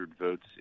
votes